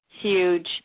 huge